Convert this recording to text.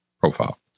profile